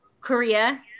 korea